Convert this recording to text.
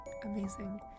Amazing